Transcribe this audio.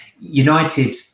United